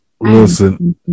listen